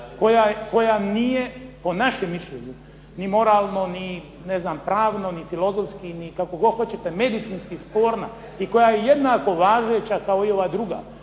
koja nije po našem mišljenju ni moralno, ni ne znam pravno, ni filozofski ni kako god hoćete medicinski sporna. I koja je jednako važeća kao i ova druga.